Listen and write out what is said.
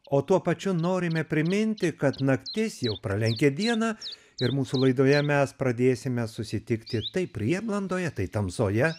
o tuo pačiu norime priminti kad naktis jau pralenkė dienas ir mūsų laidoje mes pradėsime susitikti tai prieblandoje tai tamsoje